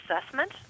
assessment